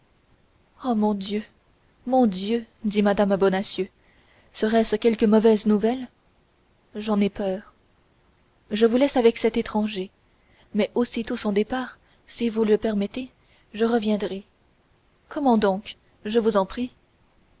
oh mon dieu mon dieu dit mme bonacieux serait-ce quelque mauvaise nouvelle j'en ai peur je vous laisse avec cet étranger mais aussitôt son départ si vous le permettez je reviendrai comment donc je vous en prie